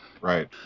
right